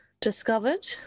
discovered